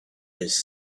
his